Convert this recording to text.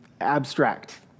abstract